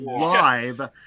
live